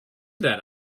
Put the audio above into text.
that